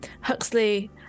Huxley